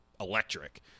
electric